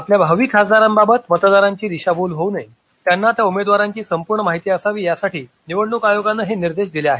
आपल्या भावी खासदारांबाबत मतदारांची दिशाभूल होऊ नये त्यांना त्या उमेदवाराची संपूर्ण माहिती असावी यासाठी निवडणूक आयोगान हे निर्देश दिले आहेत